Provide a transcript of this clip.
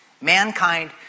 Mankind